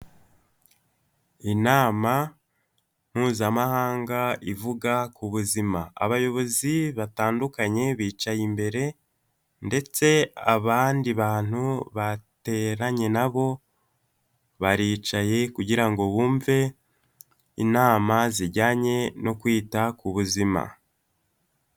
Inama mpuzamahanga ivuga ku buzima. Abayobozi batandukanye bicaye imbere, ndetse abandi bantu bateranye na bo baricaye, kugira ngo bumve inama zijyanye no kwita ku buzima.